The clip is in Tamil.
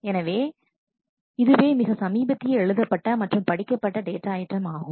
எனவே இதுவே மிக சமீபத்திய எழுதப்பட்ட மற்றும் படிக்கப்பட்ட டேட்டா ஐட்டம் ஆகும்